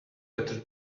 better